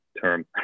term